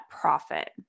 profit